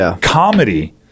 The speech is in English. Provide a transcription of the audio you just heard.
comedy